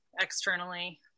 externally